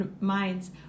minds